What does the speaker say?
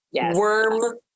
worm